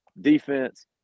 defense